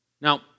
Now